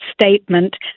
statement